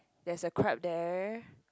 there's a crab there